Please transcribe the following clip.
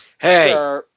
Hey